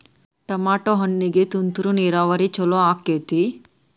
Tomato ಹಣ್ಣಿಗೆ ತುಂತುರು ನೇರಾವರಿ ಛಲೋ ಆಕ್ಕೆತಿ?